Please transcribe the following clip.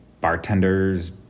bartenders